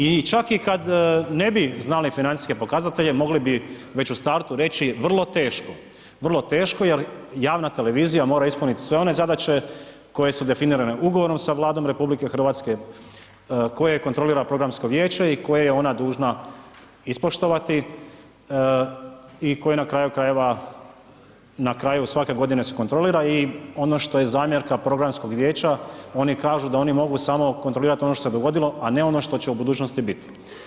I čak i kad ne bi znali financijske pokazatelje mogli bi već u startu reći vrlo teško, vrlo teško jer javna televizija mora ispunit sve one zadaće koje su definirane ugovorom sa Vladom RH, koje kontrolira programsko vijeće i koje je ona dužna ispoštovati i koje na kraju krajeva, na kraju svake godine se kontrolira i ono što je zamjerka programskog vijeća, oni kažu da oni mogu samo kontrolirat ono što se dogodilo, a ne ono što će u budućnosti biti.